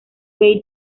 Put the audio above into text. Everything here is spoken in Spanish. bey